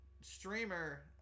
streamer